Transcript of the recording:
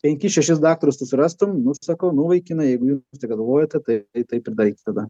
penkis šešis daktarus tu surastum nu sakau nu vaikinai jeigu jūs tai galvojate tai taip ir daryk tada